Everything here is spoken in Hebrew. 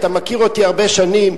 אתה מכיר אותי הרבה שנים,